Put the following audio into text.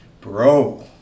Bro